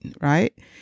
Right